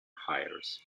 hires